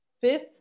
fifth